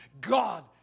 God